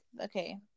okay